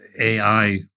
AI